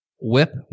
Whip